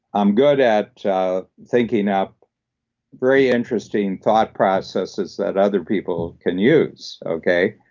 i'm good at thinking up very interesting thought processes that other people can use, okay?